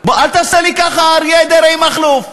אל תעשה לי ככה, אריה דרעי, מכלוף.